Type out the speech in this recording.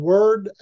Word